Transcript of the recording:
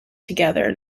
together